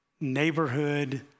neighborhood